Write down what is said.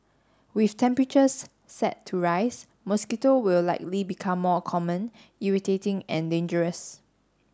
with temperatures set to rise mosquito will likely become more common irritating and dangerous